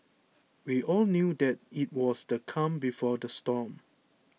we all knew that it was the calm before the storm